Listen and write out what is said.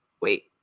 Wait